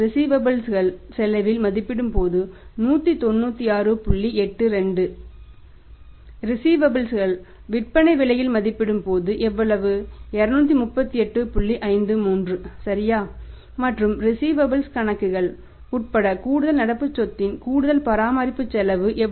3 என மதிப்பிடப்படும் போது இது 46